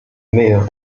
meilleur